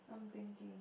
I'm thinking